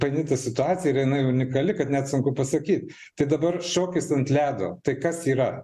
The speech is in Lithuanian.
paini ta situacija ir inai unikali kad net sunku pasakyt tai dabar šokis ant ledo tai kas yra